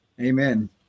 Amen